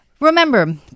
Remember